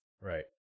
Right